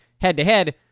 head-to-head